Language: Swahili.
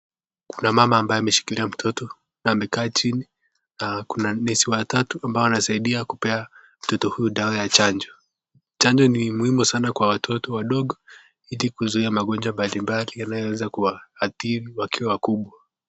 Kuna mama ambaye ameshikilia mtoto na amekaa chini na kuna nesi watatu ambao wanawasaidia kupatia mtoto huyu dawa ya chanjo. Chanjo ni muhimu sana kwa watoto wadogo ili kuzuia magonjwa mbalimbali yanayoweza kuwaathiri wakiwa wakubwa.